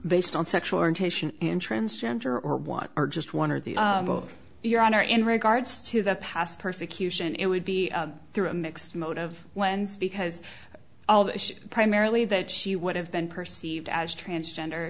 based on sexual orientation in transgender or what are just one or the both your honor in regards to the past persecution it would be through a mixed mode of wends because primarily that she would have been perceived as transgender